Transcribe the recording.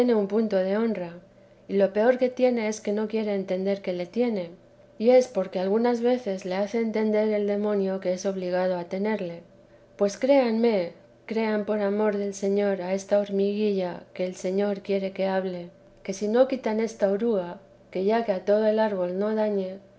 un punto de honra y lo peor que tiene es que no quiere entender que le tiene y es porque algunas veces le hace entender el demonio que es obligado a tenerle pues créanme crean por amor del señor a esta hormiguilla que el señor quiere que hable que si no quitan esta oruga que ya que a todo el árbol no dañe